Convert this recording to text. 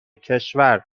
کشور